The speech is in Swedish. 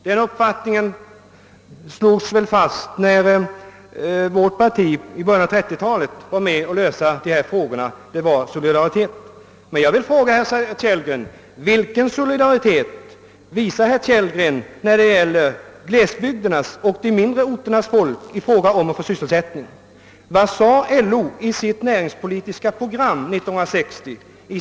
Den uppfattningen slogs väl fast när vårt parti i början av 1930-talet var med om att lösa de svåra problem som då fanns. Det var solidaritet. Men jag vill fråga herr Kellgren: Vilken solidaritet visar herr Kellgren när det gäller glesbygderna och de mindre orternas folk i fråga om behovet av sysselsättning? Vad sade LO i sitt näringspolitiska program 1960?